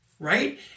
Right